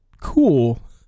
cool